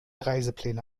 reisepläne